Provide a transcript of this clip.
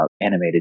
animated